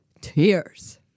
tears